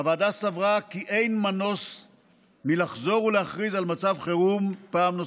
הוועדה סברה כי אין מנוס מלחזור ולהכריז על מצב חירום פעם נוספת.